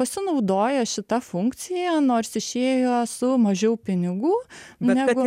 pasinaudojo šita funkcija nors išėjo su mažiau pinigų negu